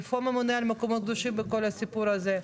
איפה הממונה על המקומות הקדושים בכל הסיפור הזה?